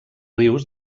rius